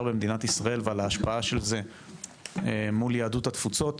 במדינת ישראל ועל ההשפעה של זה מול יהדות התפוצות